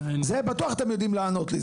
זה בטוח אתם יודעים לענות לי.